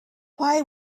why